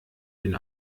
den